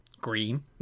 Green